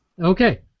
Okay